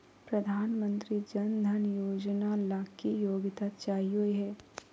प्रधानमंत्री जन धन योजना ला की योग्यता चाहियो हे?